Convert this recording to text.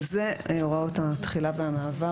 זה הוראות התחילה והמעבר.